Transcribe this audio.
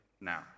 now